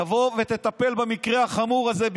תטפל במקרה החמור הזה,